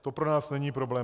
To pro nás není problém.